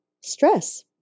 stress